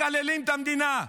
מקללים את המדינה,